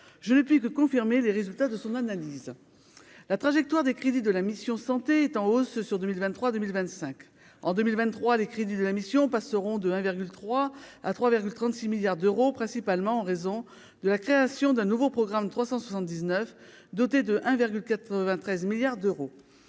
je ne fais que confirmer les résultats de son analyse la trajectoire des crédits de la mission santé est en hausse sur 2023 2025 en 2023, les crédits de la mission passeront de 1 virgule 3 à 3,36 milliards d'euros, principalement en raison de la création d'un nouveau programme 379 doté de 1,93 milliards d'euros,